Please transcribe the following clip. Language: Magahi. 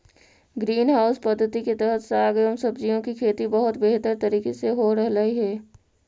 ग्रीन हाउस पद्धति के तहत साग एवं सब्जियों की खेती बहुत बेहतर तरीके से हो रहलइ हे